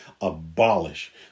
abolish